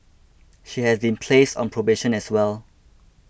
she has been placed on probation as well